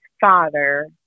father